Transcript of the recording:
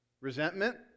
Resentment